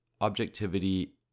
Objectivity